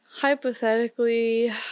Hypothetically